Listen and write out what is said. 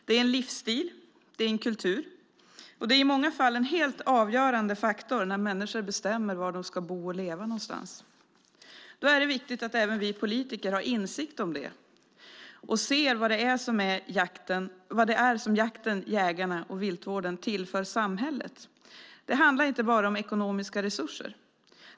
Det är en livsstil, det är en kultur, och det är i många fall en helt avgörande faktor när människor bestämmer var de ska bo och leva någonstans. Då är det viktigt att även vi politiker har insikt om det och ser vad det är som jakten, jägarna och viltvården tillför samhället. Det handlar inte bara om ekonomiska resurser.